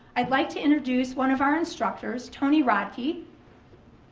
i'd like to introduce one of our instructors, tony rodkey